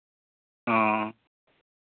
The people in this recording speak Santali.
ᱦᱚᱸ